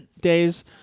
days